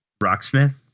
rocksmith